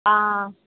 ஆ